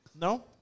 No